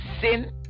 sin